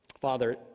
Father